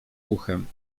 uchem